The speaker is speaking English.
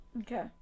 Okay